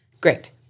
Great